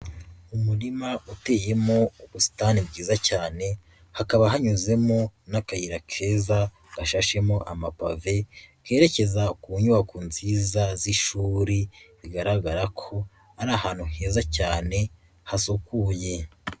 Umurima uteyemo ubusitani bwiza cyane, hakaba hanyuzemo n'akayira keza gashashemo amapave kerekeza ku nyubako nziza z'ishuri bigaragara ko ari ahantu heza cyane hasukuye.